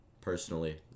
personally